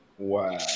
Wow